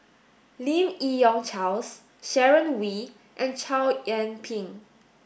Lim Yi Yong Charles Sharon Wee and Chow Yian Ping